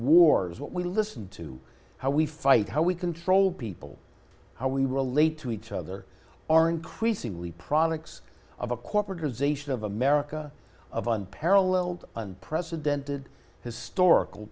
what we listen to how we fight how we control people how we relate to each other are increasingly products of a corporatization of america of unparalleled unprecedented historical